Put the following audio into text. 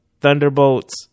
Thunderbolts